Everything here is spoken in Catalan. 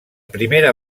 primera